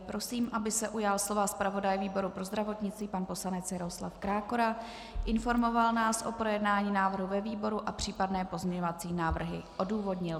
Prosím, aby se ujal slova zpravodaj výboru pro zdravotnictví pan poslanec Jaroslav Krákora, informoval nás o projednání návrhu ve výboru a případné pozměňovací návrhy odůvodnil.